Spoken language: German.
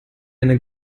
eine